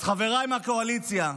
אז חבריי מהקואליציה,